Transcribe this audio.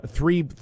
Three